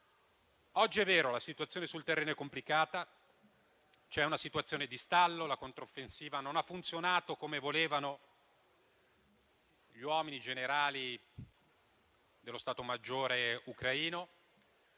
È vero che oggi la situazione sul terreno è complicata: c'è una fase di stallo, la controffensiva non ha funzionato come volevano i generali dello Stato maggiore ucraino.